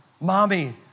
mommy